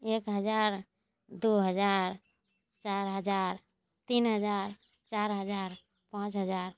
एक हजार दुइ हजार चारि हजार तीन हजार चारि हजार पाँच हजार